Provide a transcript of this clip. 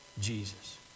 Jesus